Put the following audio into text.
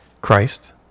Christ